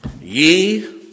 Ye